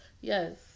Yes